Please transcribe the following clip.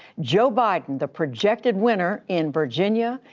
joe biden, the projected winner in virginia,